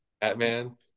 Batman